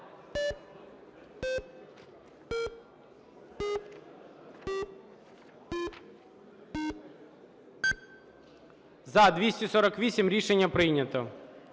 За-287 Рішення прийнято.